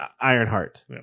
Ironheart